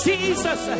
Jesus